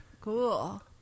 Cool